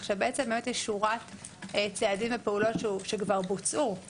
כך שיש שורת צעדים ופעולות שהוחלטו